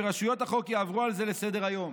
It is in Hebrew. ורשויות החוק יעברו על זה לסדר-היום.